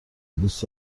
دوست